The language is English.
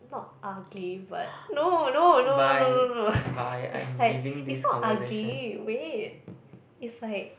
not ugly but no no no no no no no it's like it's not ugly wait it's like